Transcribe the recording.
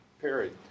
Period